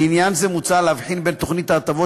לעניין זה מוצע להבחין בין תוכנית הטבות